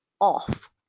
off